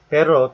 Pero